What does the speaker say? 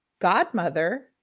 godmother